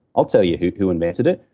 i'll tell you who who invented it,